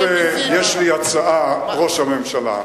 יש לי הצעה, ראש הממשלה,